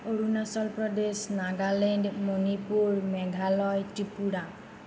Arunachal Pradesh Nagaland Manipur Meghalaya Tripura